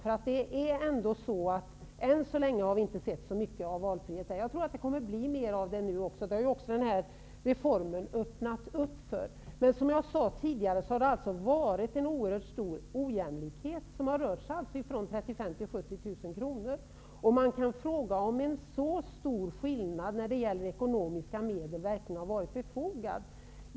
Än så länge har vi ju i alla fall inte sett så mycket av valfrihet inom den vanliga skolan, men jag tror att det kommer att bli mer av valfrihet där nu. Den här reformen gör ju det möjligt. Som jag sade tidigare har det alltså varit fråga om en oerhört stor ojämlikhet. Det har rört sig om skillnader på mellan 35 000 och 70 000 kr. Man kan fråga sig om en så stor skillnad i ekonomiska medel verkligen har varit befogad.